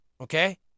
Okay